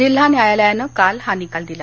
जिल्हा न्यायालयानं काल हा निकाल दिला